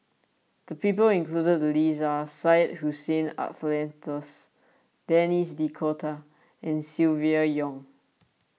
the people included in the list are Syed Hussein Alatas Denis D'Cotta and Silvia Yong